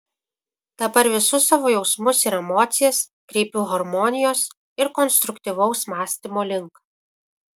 dabar visus savo jausmus ir emocijas kreipiu harmonijos ir konstruktyvaus mąstymo link